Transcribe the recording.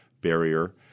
barrier